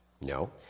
No